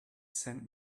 sent